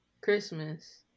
Christmas